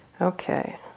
Okay